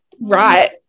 right